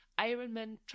Ironman